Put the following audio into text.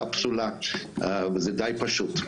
קפסולה וזה די פשוט.